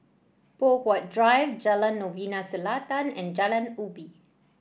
Poh Huat Drive Jalan Novena Selatan and Jalan Ubi